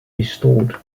restored